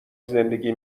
زندگی